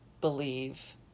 believe